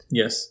yes